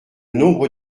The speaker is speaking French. nombre